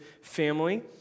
family